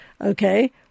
Okay